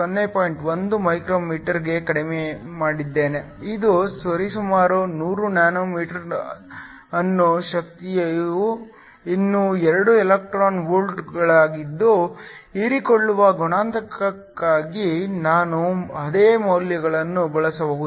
1 μm ಗೆ ಕಡಿಮೆ ಮಾಡಿದ್ದೇನೆ ಇದು ಸರಿಸುಮಾರು 100 nm ನನ್ನ ಶಕ್ತಿಯು ಇನ್ನೂ 2 ಎಲೆಕ್ಟ್ರಾನ್ ವೋಲ್ಟ್ಗಳಾಗಿದ್ದು ಹೀರಿಕೊಳ್ಳುವ ಗುಣಾಂಕಕ್ಕಾಗಿ ನಾನು ಅದೇ ಮೌಲ್ಯಗಳನ್ನು ಬಳಸಬಹುದು